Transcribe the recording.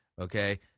Okay